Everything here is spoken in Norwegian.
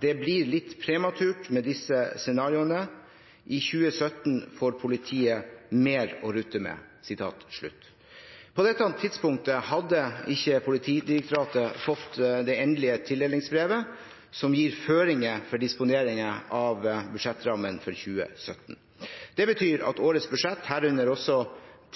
blir litt prematurt med disse scenariene. I 2017 får politiet mer å rutte med.» På dette tidspunktet hadde ikke Politidirektoratet fått det endelige tildelingsbrevet, som gir føringer for disponering av budsjettrammene for 2017. Det betyr at årets budsjett, herunder også